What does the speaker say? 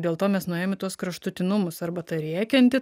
dėl to mes nuėjom į tuos kraštutinumus arba ta rėkianti